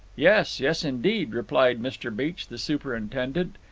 yes, yes, indeed, replied mr. beech, the superintendent.